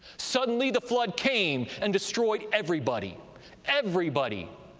suddenly the flood came and destroyed everybody everybody,